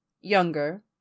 younger